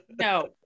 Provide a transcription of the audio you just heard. No